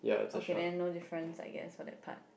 okay then no difference I guess for that part